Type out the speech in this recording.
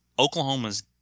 Oklahoma's